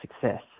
success